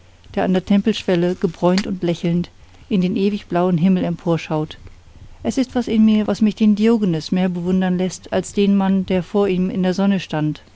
der an der tempelschwelle gebräunt und lächelnd in den ewig blauen himmel emporschaut es ist was in mir was mich den diogenes mehr bewundern läßt als den mann der vor ihm in der sonne stand